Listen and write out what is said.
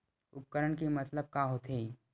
उपकरण के मतलब का होथे?